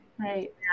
Right